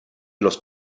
los